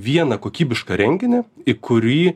vieną kokybišką renginį į kurį